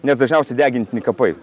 nes dažniausiai degintini kapai